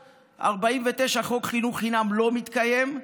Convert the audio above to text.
ב-1949 חוק חינוך חינם, לא מתקיים,